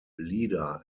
leader